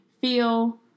feel